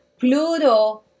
Pluto